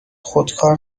خودکار